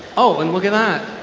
oh and look at that.